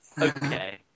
Okay